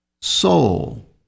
Soul